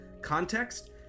context